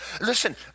Listen